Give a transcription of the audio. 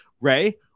Ray